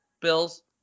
Bills